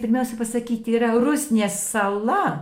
pirmiausia pasakyti yra rusnės sala